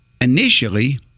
initially